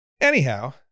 Anyhow